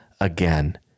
again